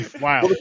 Wow